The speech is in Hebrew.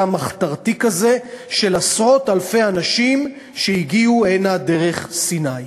מחתרתי כזה של עשרות-אלפי אנשים שהגיעו הנה דרך סיני.